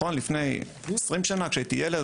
לפני 20 או 30 שנה, כשהייתי ילד,